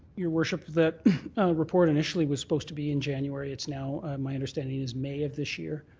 your worship, that report initially was supposed to be in january. it's now my understanding is may of this year.